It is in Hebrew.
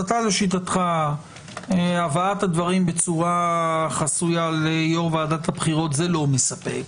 לשיטתך הבאת הדברים בצורה חסויה ליושב-ראש ועדת הבחירות זה לא מספק,